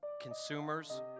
consumers